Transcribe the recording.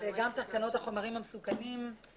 גם תקנות החומרים המסוכנים,